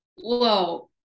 whoa